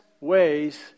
ways